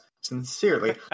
Sincerely